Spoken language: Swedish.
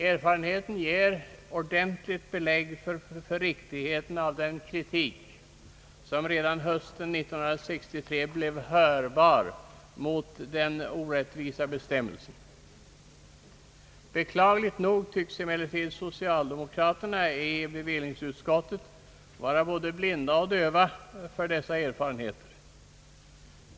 Erfarenheten ger ordentligt belägg för riktigheten i den kritik som redan hösten 1963 framfördes mot den orättvisa bestämmelsen. Beklagligt nog tycks likväl socialdemokraterna i bevillningsutskottet vara både blinda och döva för dessa erfarenheter.